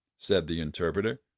said the interpreter,